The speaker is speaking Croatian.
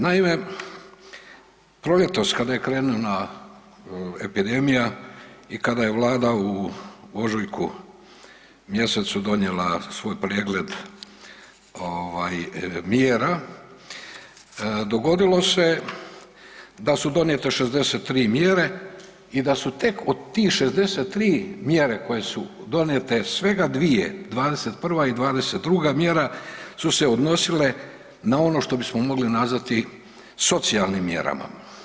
Naime, proljetos kada je krenula epidemija i kada je vlada u ožujku mjesecu donijela svoj pregled ovaj mjera, dogodilo se da su donijete 63 mjere i da su tek od tih 63 mjere koje su donijete, svega dvije, 21 i 22 mjera su se odnosile na ono što bismo mogli nazvati socijalnim mjerama.